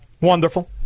Wonderful